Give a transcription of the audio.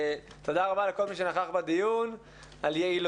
הצבעה בעד